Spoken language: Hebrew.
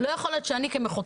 לא יכול להיות שאני כמחוקקת,